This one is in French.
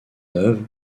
neuve